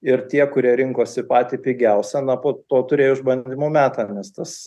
ir tie kurie rinkosi patį pigiausią na po to turėjo išbandymų metą nes tas